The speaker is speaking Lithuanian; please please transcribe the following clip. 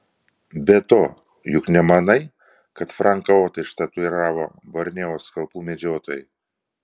be to juk nemanai kad franką otą ištatuiravo borneo skalpų medžiotojai